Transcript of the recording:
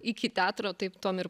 iki teatro taip tuom ir